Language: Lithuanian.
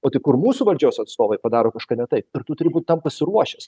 o tai kur mūsų valdžios atstovai padaro kažką ne taip ir tu turi būt tam pasiruošęs